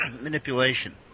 manipulation